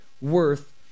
worth